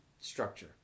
Structure